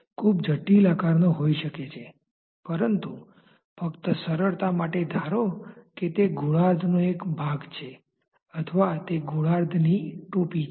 આ δ ની કિંમત આ સ્થાન પર બાઉન્ડ્રી લેયરની જાડાઈ છે જ્યાં x ની કિંમત '1' છે